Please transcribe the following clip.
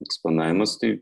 eksponavimas tai